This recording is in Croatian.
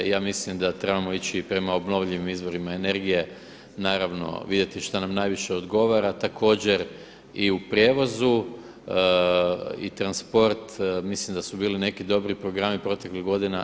I ja mislim da trebamo ići prema obnovljivim izvorima energije naravno vidjeti šta nam najviše odgovara, također i u prijevozu i transport mislim da su bili neki dobri programi proteklih godina.